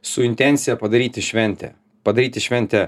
su intencija padaryti šventę padaryti šventę